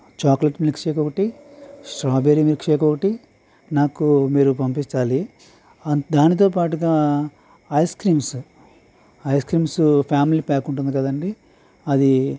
chocolate milkshake ఒకటి strawberry milkshake ఒకటి నాకు మీరు పంపించాలి దానితో పాటుగా ఐస్క్రిమ్స్ ఐస్క్రిమ్స్ ఫామిలీ ప్యాక్ ఉంటుంది కదండీ అది